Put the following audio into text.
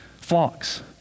flocks